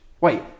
wait